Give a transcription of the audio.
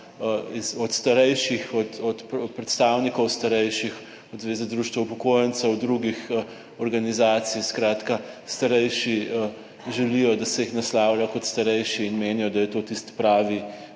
od starejših, od predstavnikov starejših, od Zveze društev upokojencev in drugih organizacij. Skratka, starejši želijo, da se jih naslavlja kot starejši in menijo, da je to tisti pravi